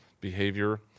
behavior